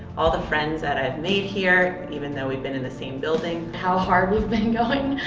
all the friends that i've made here even though we've been in the same building. how hard we've been going.